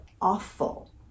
awful